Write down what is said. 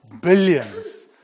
billions